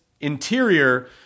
interior